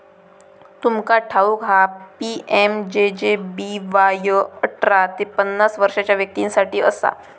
तुमका ठाऊक हा पी.एम.जे.जे.बी.वाय अठरा ते पन्नास वर्षाच्या व्यक्तीं साठी असा